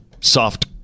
soft